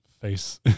face